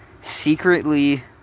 secretly